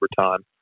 overtime